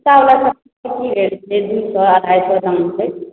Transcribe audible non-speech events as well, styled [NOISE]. [UNINTELLIGIBLE] दू सए अढ़ाइ सए दाम छै